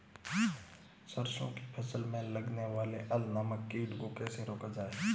सरसों की फसल में लगने वाले अल नामक कीट को कैसे रोका जाए?